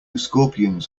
scorpions